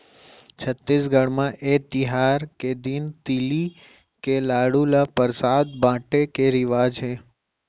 छत्तीसगढ़ म ए तिहार के दिन तिली के लाडू ल परसाद बाटे के रिवाज हे